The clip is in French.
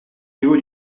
niveau